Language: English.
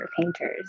painters